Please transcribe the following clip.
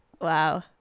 Wow